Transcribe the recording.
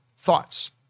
Thoughts